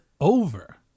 over